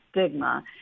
stigma